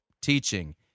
teaching